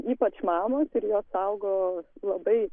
ypač mamos ir jos saugo labai